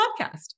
podcast